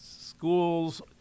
schools